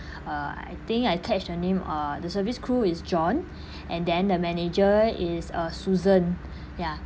uh I think I catch the name uh the service crew is john and then the manager is uh susan ya